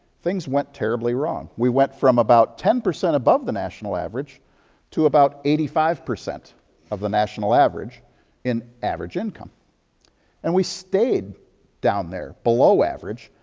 things went terribly wrong. we went from about ten percent above the national average to about eighty five percent of the national average in average income and we stayed down there, below average,